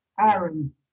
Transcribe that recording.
Aaron